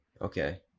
okay